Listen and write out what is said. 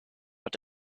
but